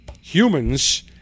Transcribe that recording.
humans